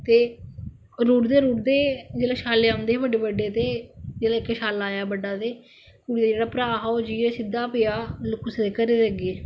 ते रुढ़दे रुढ़दे जिसलै छल्ल आंदे हे बड्डे बड्डे ते जिसलै इक छल्ल आया बड्डा ते कुड़ी दा जेहड़ा भ्रा हा ओह् जेइयै सिद्धा पेआ कुस कुदे घरे दे अग्गै